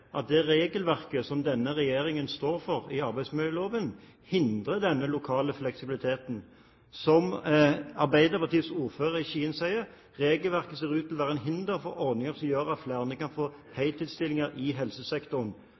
at dette gir fornøyde brukere, og det gir fornøyde ansatte. Problemet er at det regelverket som denne regjeringen står for i arbeidsmiljøloven, hindrer denne lokale fleksibiliteten. Som Arbeiderpartiets ordfører i Skien sier: «Regelverket ser ut til å være et hinder for ordninger som gjør at flere kan